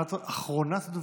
אחרונת הדוברים,